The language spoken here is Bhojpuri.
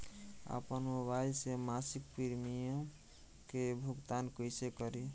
आपन मोबाइल से मसिक प्रिमियम के भुगतान कइसे करि?